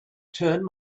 turn